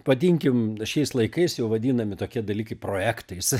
vadinkim šiais laikais jau vadinami tokie dalykai projektais